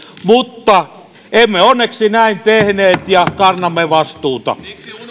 mutta emme onneksi näin tehneet ja kannamme vastuuta